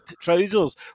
trousers